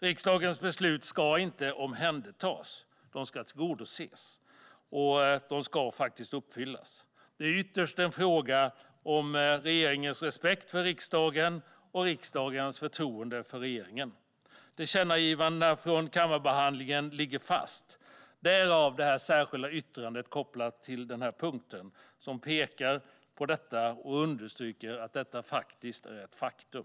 Riksdagens beslut ska inte omhändertas, utan tillgodoses och uppfyllas. Det är ytterst en fråga om regeringens respekt för riksdagen och riksdagens förtroende för regeringen. Tillkännagivandena från kammarbehandlingen ligger fast - därav det särskilda yttrandet kopplat till den punkten. Vi pekar på detta och understryker att det är ett faktum.